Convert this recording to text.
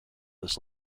this